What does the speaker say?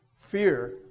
fear